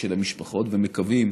של המשפחות, ומקווים